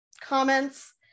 Comments